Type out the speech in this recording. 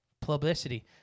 publicity